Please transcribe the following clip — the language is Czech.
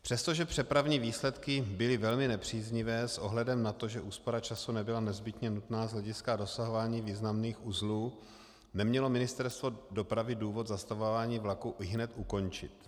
Přestože přepravní výsledky byly velmi nepříznivé s ohledem na to, že úspora času nebyla nezbytně nutná z hlediska dosahování významných uzlů, nemělo Ministerstvo dopravy důvod zastavování vlaků ihned ukončit.